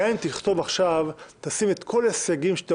גם אם תכתוב עכשיו ותשים את כל הסייגים שאתה